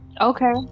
Okay